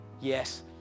yes